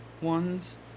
ones